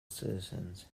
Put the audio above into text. citizens